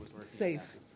safe